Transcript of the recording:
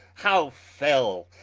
how fell?